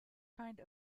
kind